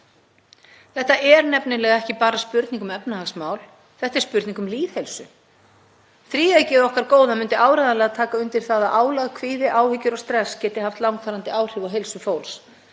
Þetta er nefnilega ekki bara spurning um efnahagsmál, þetta er spurning um lýðheilsu. Þríeykið okkar góða myndi áreiðanlega taka undir það að álögð kvíði, áhyggjur og stress geti haft langvarandi áhrif á heilsu fólks.